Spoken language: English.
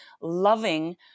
loving